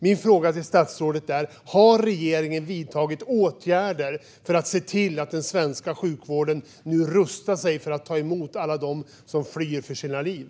Min fråga till statsrådet är: Har regeringen vidtagit åtgärder för att se till att den svenska sjukvården nu rustar sig för att ta emot alla dem som flyr för sina liv?